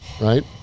right